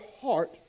heart